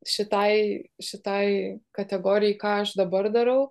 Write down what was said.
šitai šitai kategorijai ką aš dabar darau